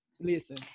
listen